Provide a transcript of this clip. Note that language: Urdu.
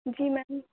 جی میم